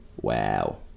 Wow